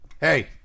Hey